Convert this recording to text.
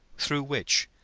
through which,